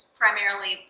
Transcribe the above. primarily